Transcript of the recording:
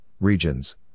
regions